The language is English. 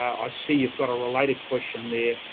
i see you've got a related question there,